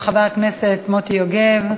של חבר הכנסת אילן גילאון.